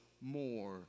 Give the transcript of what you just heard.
more